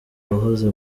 wahoze